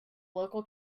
local